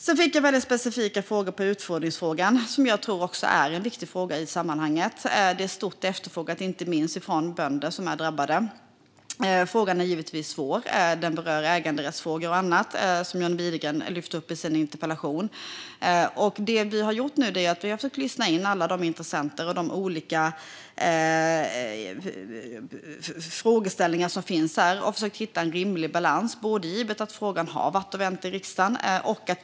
Jag fick även specifika frågor när det gäller utfodring, som jag tror är viktigt i sammanhanget. Det finns stor efterfrågan på ett förbud, inte minst från bönder som är drabbade. Frågan är svår. Det berör ägandefrågor och annat, vilket John Widegren har lyft upp. Det vi har gjort nu är att lyssna in alla de intressenter och olika frågeställningar som finns och har försökt hitta en rimlig balans utifrån att frågan har varit i riksdagen och vänt.